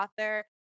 author